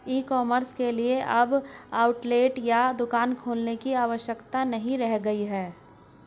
ई commerce के लिए अब आउटलेट या दुकान खोलने की आवश्यकता नहीं रह गई है